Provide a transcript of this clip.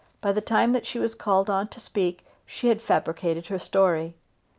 by the time that she was called on to speak, she had fabricated her story.